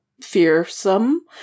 fearsome